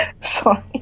Sorry